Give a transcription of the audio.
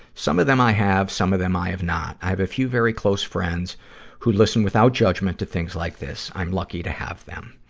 some of them i have, some of them i have not. i have a few very close friends who listen without judgment to things like this. i'm lucky to have them.